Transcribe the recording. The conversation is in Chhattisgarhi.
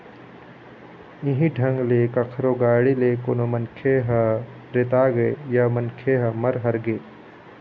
इहीं ढंग ले कखरो गाड़ी ले कोनो मनखे ह रेतागे या मनखे ह मर हर गे